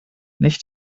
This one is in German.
nicht